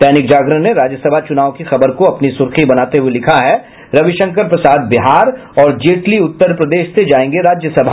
दैनिक जागरण ने राज्यसभा चुनाव की खबर को अपनी सुर्खी बनाते हुए लिखा है रविशंकर प्रसाद बिहार और जेटली उत्तर प्रदेश से जायेंगे राज्यसभा